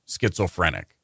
schizophrenic